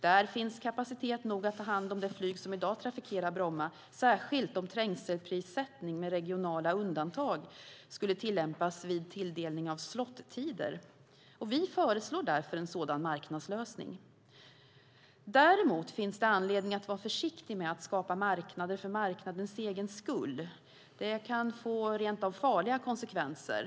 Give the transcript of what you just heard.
Där finns kapacitet nog att ta hand om det flyg som i dag trafikerar Bromma, särskilt om trängselprissättning med regionala undantag skulle tillämpas vid tilldelning av slot-tider. Vi föreslår därför en sådan marknadslösning. Däremot finns det anledning att vara försiktig med att skapa marknader för marknadens egen skull. Det kan få rent av farliga konsekvenser.